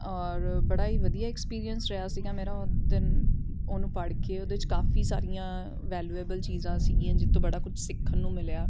ਔਰ ਬੜਾ ਹੀ ਵਧੀਆ ਐਕਸਪੀਰੀਅੰਸ ਰਿਹਾ ਸੀਗਾ ਮੇਰਾ ਉਹ ਦੇਨ ਉਹਨੂੰ ਪੜ੍ਹ ਕੇ ਉਹਦੇ 'ਚ ਕਾਫੀ ਸਾਰੀਆਂ ਵੈਲੂਏਬਲ ਚੀਜ਼ਾਂ ਸੀਗੀਆਂ ਜਿਸ ਤੋਂ ਬੜਾ ਕੁਛ ਸਿੱਖਣ ਨੂੰ ਮਿਲਿਆ